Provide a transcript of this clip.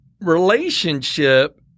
relationship